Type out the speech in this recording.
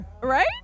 Right